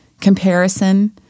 comparison-